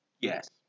Yes